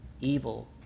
evil